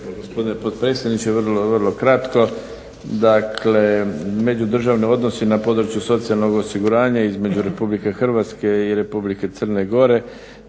gospodine potpredsjedniče. Vrlo, vrlo kratko. Dakle, međudržavni odnosi na području socijalnog osiguranja između RH i Republike Crne Gore